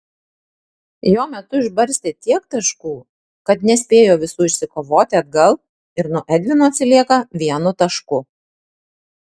jo metu išbarstė tiek taškų kad nespėjo visų išsikovoti atgal ir nuo edvino atsilieka vienu tašku